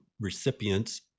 recipients